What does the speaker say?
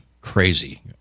crazy